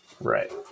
Right